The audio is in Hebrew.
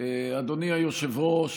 תודה רבה, אדוני היושב-ראש.